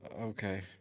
Okay